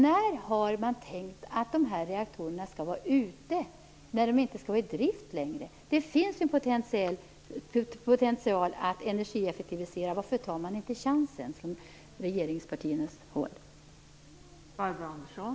När har man tänkt att de här reaktorerna skall vara ute, när de inte skall vara i drift längre? Det finns en potential att energieffektivisera. Varför tar regeringspartiet inte chansen?